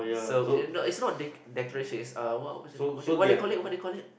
so it no it's not de~ declaration it's uh what was it what they call it what they call it